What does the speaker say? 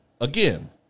again